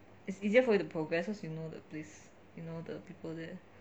it's easier for you to progress cause you know the place you know the people there